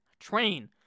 train